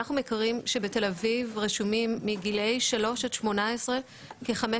אנחנו מכירים שבתל אביב רשומים מגילאי שלוש עד 18 כ-5,500